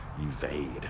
evade